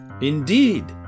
Indeed